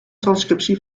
transcriptie